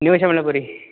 ਨਹੀਂ ਮੈਂ ਸ਼ਿਮਲਾਪੁਰੀ